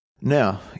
Now